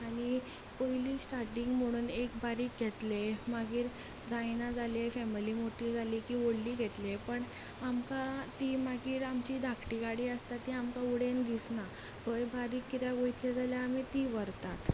पयलीं स्टाटींग म्हणून एक बारीक घेतले मागीर जायना जाल्यार फॅमिली मोठी जाली की व्हडली घेतले पूण आमकां ती मागीर आमची धाकटी गाडी आसता ती आमकां वडयन दिसना खंय बारीक कित्याक वयता जाल्यार आमी ती व्हरता